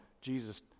Jesus